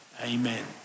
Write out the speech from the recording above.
Amen